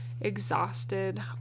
exhausted